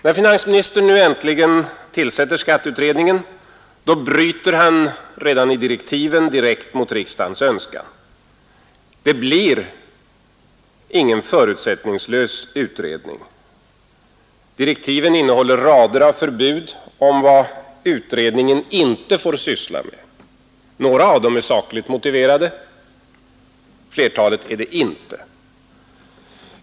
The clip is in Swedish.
När finansministern nu äntligen tillsätter skatteutredningen, bryter han redan i direktiven mot riksdagens önskan. Utredningen skall inte arbeta förutsättningslöst. Direktiven innehåller rader av förbud om vad utredningen inte får syssla med. Några av dem är sakligt motiverade, flertalet är det inte.